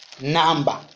number